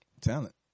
Talent